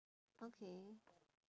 okay